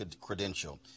credential